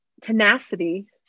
tenacity